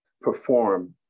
perform